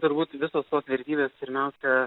turbūt visos tos vertybės pirmiausia